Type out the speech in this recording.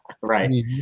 right